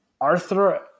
Arthur